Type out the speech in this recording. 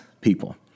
people